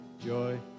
joy